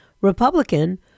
Republican